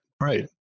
right